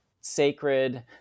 sacred